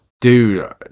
Dude